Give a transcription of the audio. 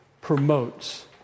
promotes